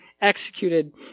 executed